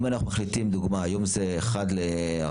אם אנחנו מחליטים, לדוגמה, היום זה 1 ל-400?